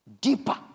deeper